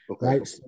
Right